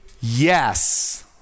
yes